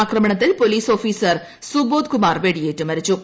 ആക്രമണത്തിൽ police officer Subodh Kumar വെടിയേറ്റുമരിച്ചു